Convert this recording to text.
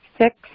six